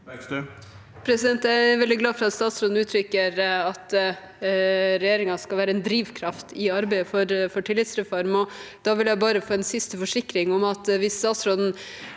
Jeg er veldig glad for at statsråden uttrykker at regjeringen skal være en drivkraft i arbeidet for tillitsreformen, og da vil jeg bare få en siste forsikring om at hvis statsråden